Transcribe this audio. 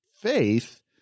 faith